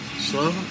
slow